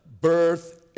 Birth